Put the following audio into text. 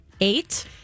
Eight